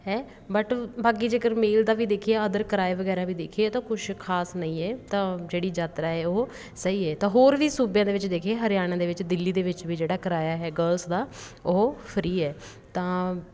ਹੈ ਬਟ ਬਾਕੀ ਜੇਕਰ ਮੇਲ ਦਾ ਵੀ ਦੇਖੀਏ ਅਦਰ ਕਿਰਾਏ ਵਗੈਰਾ ਵੀ ਦੇਖੀਏ ਤਾਂ ਕੁਛ ਖਾਸ ਨਹੀਂ ਹੈ ਤਾਂ ਜਿਹੜੀ ਯਾਤਰਾ ਹੈ ਉਹ ਸਹੀ ਹੈ ਤਾਂ ਹੋਰ ਵੀ ਸੂਬਿਆਂ ਦੇ ਵਿੱਚ ਦੇਖੀਏ ਹਰਿਆਣੇ ਦੇ ਵਿੱਚ ਦਿੱਲੀ ਦੇ ਵਿੱਚ ਵੀ ਜਿਹੜਾ ਕਿਰਾਇਆ ਹੈ ਗਰਲਸ ਦਾ ਉਹ ਫਰੀ ਹੈ ਤਾਂ